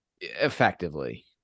Effectively